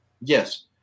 Yes